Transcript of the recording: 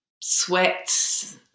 sweats